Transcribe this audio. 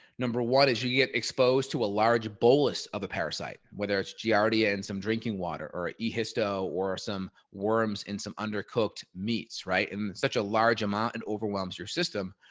number one is you get exposed to a large bolus of a parasite, whether it's giardhiam, and some drinking water or e histo, or some worms in some undercooked meats right in such a large amount and overwhelms your system,